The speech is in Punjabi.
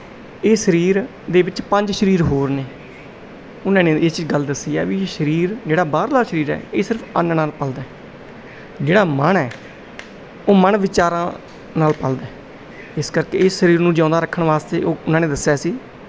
ਇਹ ਸਰੀਰ ਦੇ ਵਿੱਚ ਪੰਜ ਸਰੀਰ ਹੋਰ ਨੇ ਉਹਨਾਂ ਨੇ ਇਹ ਗੱਲ ਦੱਸੀ ਹੈ ਵੀ ਸਰੀਰ ਜਿਹੜਾ ਬਾਹਰਲਾ ਸਰੀਰ ਹੈ ਇਹ ਸਿਰਫ ਅੰਨ ਨਾਲ ਪਾਲਦਾ ਜਿਹੜਾ ਮਨ ਹੈ ਉਹ ਮਨ ਵਿਚਾਰਾਂ ਨਾਲ ਪਲ ਦਾ ਇਸ ਕਰਕੇ ਇਸ ਸਰੀਰ ਨੂੰ ਜਿਉਂਦਾ ਰੱਖਣ ਵਾਸਤੇ ਉਹ ਉਹਨਾਂ ਨੇ ਦੱਸਿਆ ਸੀ